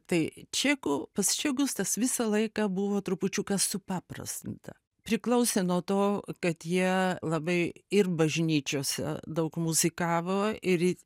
tai čekų pas čekus tas visą laiką buvo trupučiuką supaprastinta priklausė nuo to kad jie labai ir bažnyčiose daug muzikavo ir